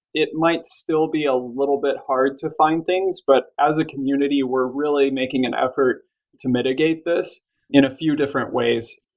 it might still be a little bit hard to find things. but as a community, we're really making an effort to mitigate this in a few different ways.